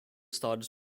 started